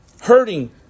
hurting